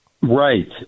right